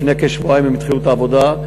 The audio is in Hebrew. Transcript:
לפני כשבועיים הם התחילו את העבודה,